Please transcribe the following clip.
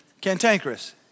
cantankerous